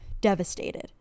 devastated